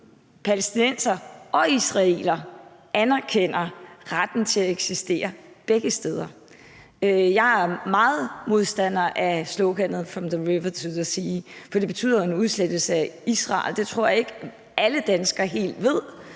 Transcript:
palæstinensere og israelere anerkender retten til at eksistere begge steder. Jeg er meget modstander af sloganet »From the river to the sea«, for det betyder en udslettelse af Israel. Det tror jeg ikke alle danskere helt ved.